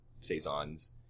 Saisons